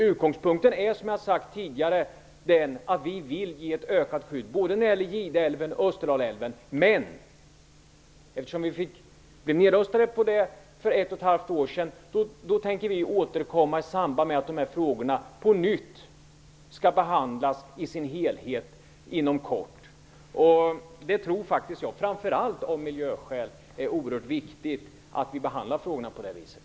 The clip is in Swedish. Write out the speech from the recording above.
Utgångspunkten är, som jag har sagt tidigare, att vi vill ge ett ökat skydd, både när det gäller Gideälven och Österdalälven. Men eftersom vi blev nedröstade i den frågan för ett och ett halvt år sedan, tänker vi återkomma i samband med att de här frågorna inom kort på nytt skall behandlas i sin helhet. Jag tror faktiskt att det, framför allt av miljöskäl, är oerhört viktigt att vi behandlar frågorna på det viset.